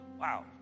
wow